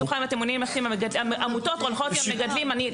העמותות הולכות עם המגדלים.